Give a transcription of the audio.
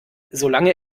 solange